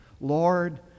lord